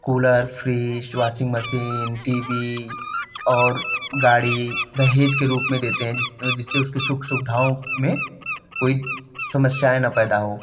cooler fridge washing machine TV और गाड़ी दहेज के रूप में देते हैं जिससे उसकी सुख सुविधाओं में कोई समस्याएँ न पैदा हो